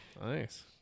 Nice